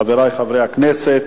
חברי חברי הכנסת,